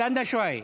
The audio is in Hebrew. סטנה שוואיה.